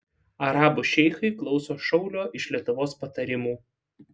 arabų šeichai klauso šaulio iš lietuvos patarimų